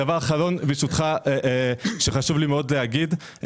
דבר אחרון שחשוב לי מאוד להגיד,